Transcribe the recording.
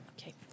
Okay